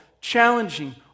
challenging